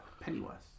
Pennywise